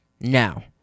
Now